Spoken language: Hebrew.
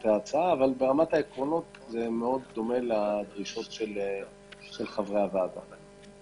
ברמת העיקרון זה מאוד דומה לדרישות של חבריי הוועדה.